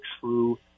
true